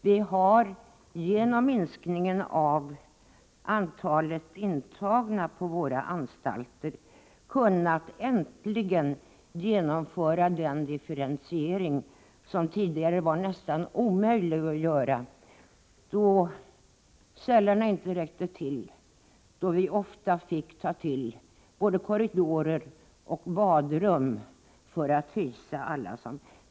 Vi har genom minskningen av antalet intagna på våra anstalter äntligen kunnat genomföra den differentiering som tidigare var nästan omöjlig att göra, då cellerna inte räckte till och då man ofta fick ta till både korridorer och badrum för att hysa alla intagna.